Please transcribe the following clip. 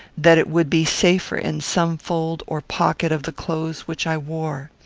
that it would be safer in some fold or pocket of the clothes which i wore.